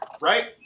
right